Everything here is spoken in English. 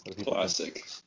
Classic